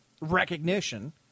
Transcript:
recognition